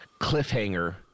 cliffhanger